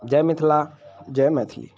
जय मिथिला जय मैथिली